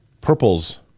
Purple's